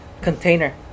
container